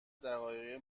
دقایق